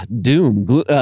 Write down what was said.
doom